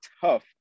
tough